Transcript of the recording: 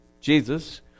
Jesus